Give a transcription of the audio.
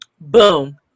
Boom